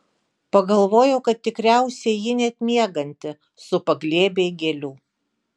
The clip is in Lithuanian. pagalvojau kad tikriausiai jį net miegantį supa glėbiai gėlių